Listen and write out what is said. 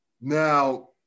Now